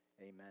amen